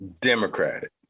Democratic